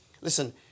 Listen